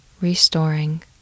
restoring